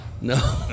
No